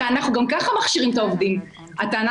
הרי אנחנו גם ככה מכשירים את העובדים" הטענה